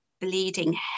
bleeding